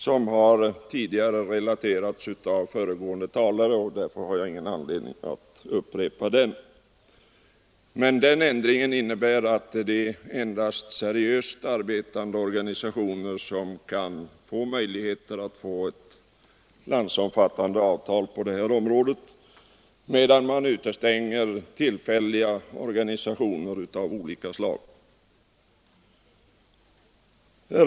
Den har tidigare relaterats av föregående talare, varför jag inte har någon anledning att upprepa vad som sagts. Ändringen innebär att det endast är seriöst arbetande organisationer som har möjlighet att få landsomfattande avtal på det området, medan tillfälliga organisationer av olika slag utestängs.